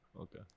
okay